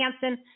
Hansen